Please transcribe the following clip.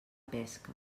pesca